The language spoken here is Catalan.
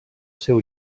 seu